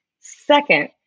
second